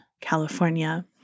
California